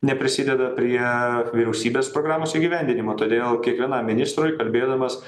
neprisideda prie vyriausybės programos įgyvendinimo todėl kiekvienam ministrui kalbėdamas